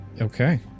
Okay